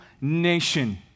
nation